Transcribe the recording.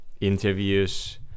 interviews